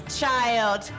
child